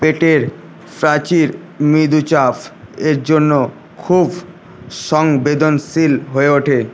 পেটের প্রাচীর মৃদু চাপের জন্য খুব সংবেদনশীল হয়ে ওঠে